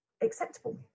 acceptable